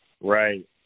Right